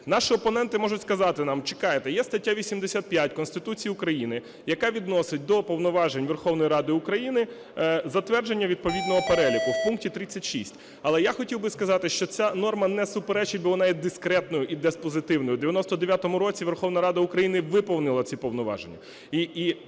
Наші опоненти можуть сказати нам, чекайте, є стаття 85 Конституції України, яка відносить до повноважень Верховної Ради України затвердження відповідного переліку, в пункті 36. Але я хотів би сказати, що ця норма не суперечить, бо вона є дискретною і диспозитивною. У 99-му році Верховна Рада України виповнила ці повноваження,